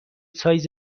سایز